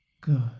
Good